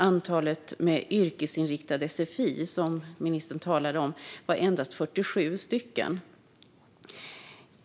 Antalet med yrkesinriktad sfi, som ministern talade om, var endast 47 stycken.